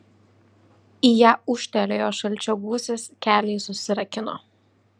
į ją ūžtelėjo šalčio gūsis keliai susirakino